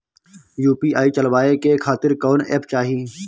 UPI चलवाए के खातिर कौन एप चाहीं?